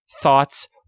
thoughts